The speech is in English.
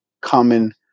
common